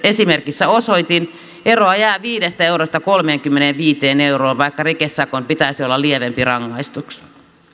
esimerkissä osoitin eroa jää viidestä eurosta kolmeenkymmeneenviiteen euroon vaikka rikesakon pitäisi olla lievempi rangaistus